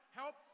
help